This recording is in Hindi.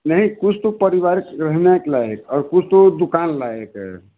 नहीं कुछ तो परिवार के रहने लायक़ और कुछ तो दुकान लायक़ है